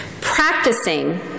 practicing